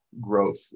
growth